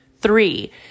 three